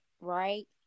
right